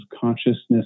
consciousness